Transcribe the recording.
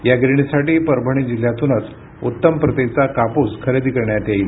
या गिरणीसाठी परभणी जिल्ह्यातूनच उत्तम प्रतीचा कापूस खरेदी करण्यात येईल